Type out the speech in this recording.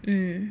mm